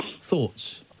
thoughts